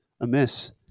amiss